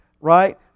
right